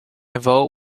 vote